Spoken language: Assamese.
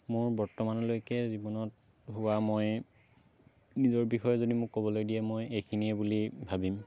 মোৰ বৰ্তমানলৈকে জীৱনত হোৱা মই নিজৰ বিষয়ে যদি মোক ক'বলৈ দিয়ে মই এইখিনিয়ে বুলিয়ে ভাবিম